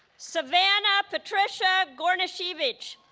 savanna patricia gornisiewicz